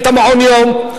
את מעון-היום.